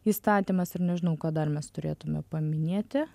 įstatymas ir nežinau ko dar mes turėtume paminėti